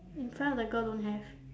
in front of the girl don't have